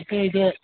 তাকে এতিয়া